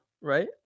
Right